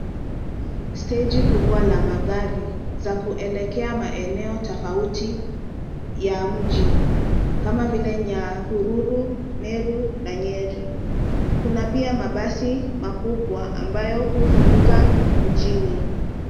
Steji kubwa la magari za kuelekea maeneo tofauti ya mji kama vile Nyahururu, Meru na Nyeri. Kuna pia mabasi makubwa ambayo huzunguka mjini.